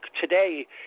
Today